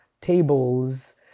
tables